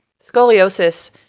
scoliosis